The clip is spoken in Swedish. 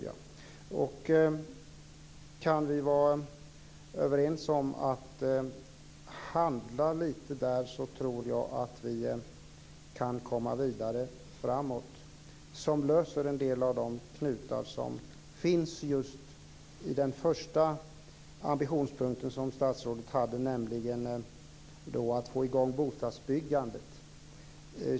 Kan vi vara överens om att handla så, tror jag att vi kan komma framåt och lösa en del knutar som finns just i den första ambitionspunkt som statsrådet hade, nämligen att få i gång bostadsbyggandet.